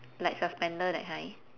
like suspender that kind